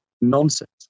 Nonsense